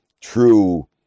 true